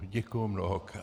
Děkuji mnohokrát.